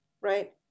right